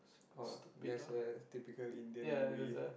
or that's a typical Indian movie